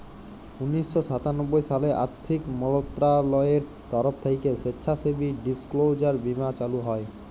উনিশ শ সাতানব্বই সালে আথ্থিক মলত্রলালয়ের তরফ থ্যাইকে স্বেচ্ছাসেবী ডিসক্লোজার বীমা চালু হয়